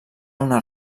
una